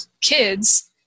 kids